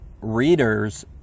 readers